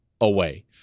away